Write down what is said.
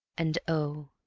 and oh,